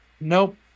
Nope